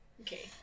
Okay